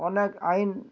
ଅନେକ ଆଇନ୍